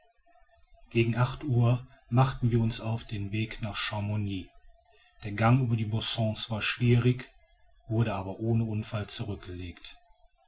gegen acht uhr machten wir uns auf den weg nach chamouni der gang über die bossons war schwierig wurde aber ohne unfall zurückgelegt